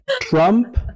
Trump